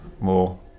more